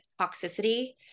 toxicity